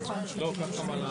לכאן,